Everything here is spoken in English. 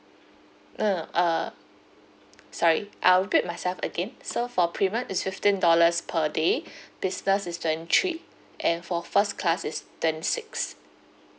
no no uh sorry I'll repeat myself again so for premium is fifteen dollars per day business is twenty three and for first class is twenty six